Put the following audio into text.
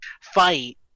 fight